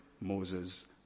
moses